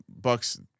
Bucks